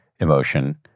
emotion